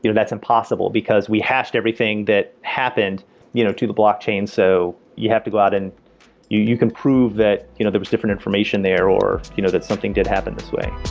you know that's impossible, because we hashed everything that happened you know to the blockchain, so you have to go out and you you can prove that you know there was different information there or you know that something did happen this way